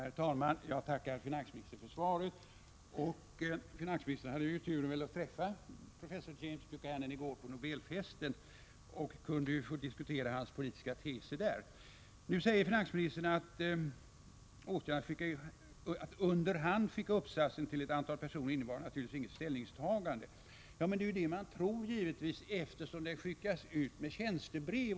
Herr talman! Jag tackar finansministern för svaret. Finansministern hade ju turen att träffa professor James Buchanan i går på Nobelfesten och kunde diskutera hans politiska teser där. Nu säger finansministern att åtgärden att under hand skicka uppsatsen till ett antal personer innebar naturligtvis inget ställningstagande. Men det är givetvis det man tror, eftersom uppsatsen skickats ut med tjänstebrev.